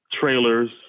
trailers